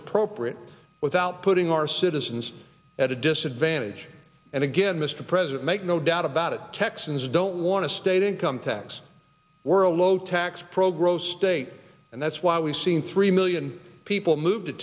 appropriate without putting our citizens at a disadvantage and again mr president make no doubt about it texans don't want to state income tax we're a low tax pro growth state and that's why we've seen three million people move to